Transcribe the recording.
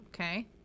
okay